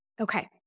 Okay